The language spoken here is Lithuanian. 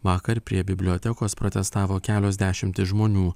vakar prie bibliotekos protestavo kelios dešimtys žmonių